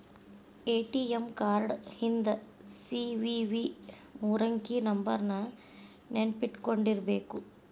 ATM card ಹಿಂದ್ CVV ಮೂರಂಕಿ ನಂಬರ್ನ ನೆನ್ಪಿಟ್ಕೊಂಡಿರ್ಬೇಕು